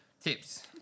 Tips